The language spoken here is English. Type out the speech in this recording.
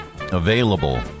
available